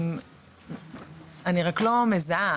אני לא מזהה,